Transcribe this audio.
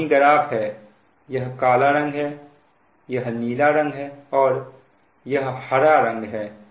तो यह वही ग्राफ है यह काला रंग है यह नीला रंग है और यह हरा रंग है